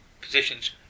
positions